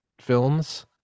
films